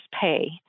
pay